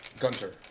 Gunter